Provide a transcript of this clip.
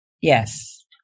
Yes